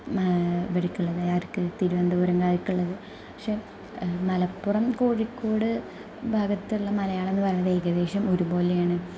ഇവരിലേക്കുള്ളത് അവർക്ക് തിരുവനന്തപുരം കാർക്കുള്ളത് പക്ഷെ മലപ്പുറം കോഴിക്കോട് ഭാഗത്തുള്ള മലയാളമെന്നു പറയുന്നത് ഏകദേശം ഒരു പോലെയാണ്